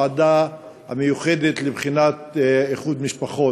הוועדה המיוחדת לבחינת איחוד משפחות.